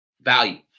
Value